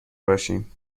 باشیم